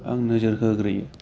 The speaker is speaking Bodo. आं नोजोर होग्रोयो